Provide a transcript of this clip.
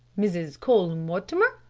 mrs. cole-mortimer?